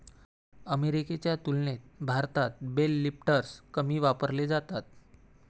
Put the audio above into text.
अमेरिकेच्या तुलनेत भारतात बेल लिफ्टर्स कमी वापरले जातात